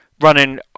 running